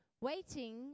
Waiting